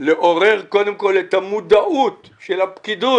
לעורר קודם כל את המודעות של הפקידות,